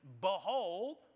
behold